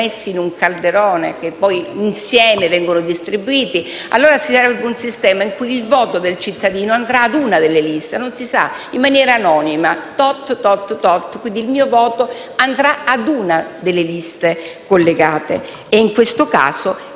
in un calderone e poi insieme vengono distribuiti, allora si crea un sistema in cui il voto del cittadino andrà a una delle liste in maniera anonima: *tot, tot, tot*. Il mio voto andrà a una delle liste collegate e, in questo caso,